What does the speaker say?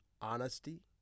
honesty